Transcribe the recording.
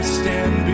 stand